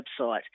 website